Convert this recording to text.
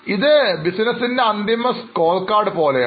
ഇത് ബിസിനസിനെ അന്തിമ സ്കോർകാർഡ് പോലെയാണ്